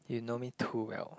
you know me too well